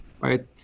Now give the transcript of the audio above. right